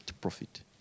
profit